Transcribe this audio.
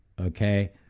okay